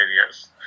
areas